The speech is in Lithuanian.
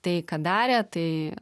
tai ką darė tai